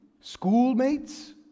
schoolmates